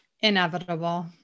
Inevitable